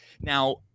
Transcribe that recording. Now